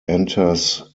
enters